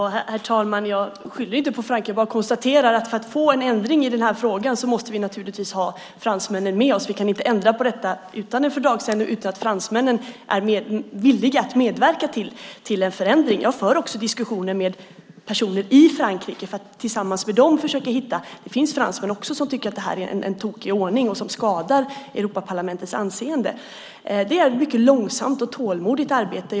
Herr talman! Jag skyller inte på Frankrike. Jag bara konstaterar att för att vi ska få en ändring i den här frågan måste vi naturligtvis ha fransmännen med oss. Vi kan inte ändra på detta utan en fördragsändring och utan att fransmännen är villiga att medverka till en förändring. Jag för också diskussioner med personer i Frankrike för att tillsammans med dem försöka hitta en lösning. Det finns också fransmän som tycker att det här är en tokig ordning som skadar Europaparlamentets anseende. Det här är ett mycket långsamt och tålmodigt arbete.